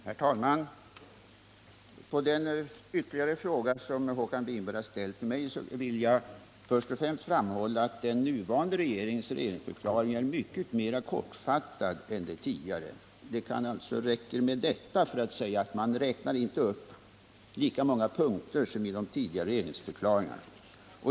Herr talman! Som svar på den ytterligare fråga som Håkan Winberg har ställt till mig vill jag först och främst framhålla att den nuvarande regeringens regeringsförklaring är mycket mer kortfattad än de tidigare. Det räcker alltså att säga att man inte räknar upp lika många punkter som i tidigare regeringsförklaringar.